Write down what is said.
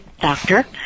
doctor